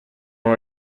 una